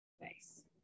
Nice